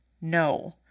No